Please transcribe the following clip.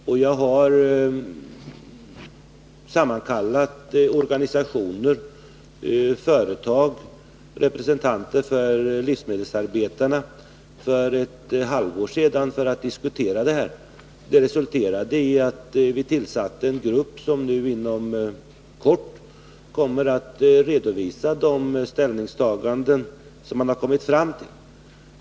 För ett halvår sedan sammankallade jag representanter för organisationer, företag och livsmedelsarbetare för att diskutera detta. Det resulterade i att vi tillsatte en grupp som nu inom kort kommer att redovisa de ställningstaganden man kommit fram till.